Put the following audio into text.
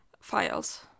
files